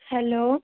hello